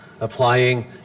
applying